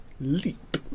Leap